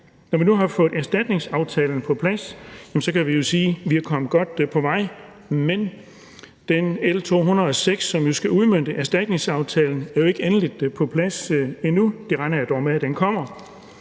Når vi nu har fået erstatningsaftalen på plads, kan vi jo sige, at vi er kommet godt på vej, men det lovforslag, L 206, som skal udmønte erstatningsaftalen, er jo ikke endeligt på plads endnu. Det regner jeg dog med det kommer.